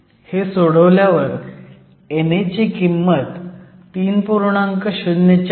हे सोडवल्यावर NA ची किंमत 3